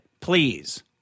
please